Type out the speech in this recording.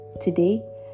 Today